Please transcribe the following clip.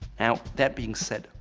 now that being said,